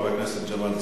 חבר הכנסת ג'מאל זחאלקה.